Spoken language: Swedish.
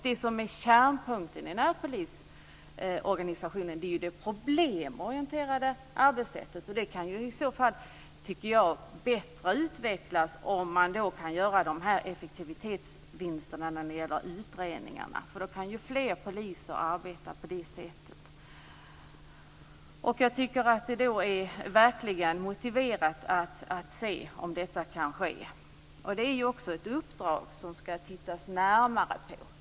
Det som är kärnpunkten i närpolisorganisationen är det problemorienterade arbetssättet. Det kan i så fall utvecklas till det bättre om man kunde göra dessa effektivitetsvinster när det gäller utredningar. På det sättet kan fler poliser vara i arbete. Jag tycker att det verkligen är motiverat att se om detta kan ske. Det är också ett uppdrag som man ska titta närmare på.